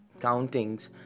countings